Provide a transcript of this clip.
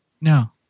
No